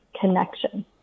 connection